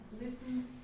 listen